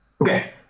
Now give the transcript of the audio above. Okay